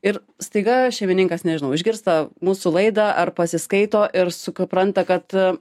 ir staiga šeimininkas nežinau išgirsta mūsų laidą ar pasiskaito ir supranta kad